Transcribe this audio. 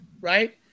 right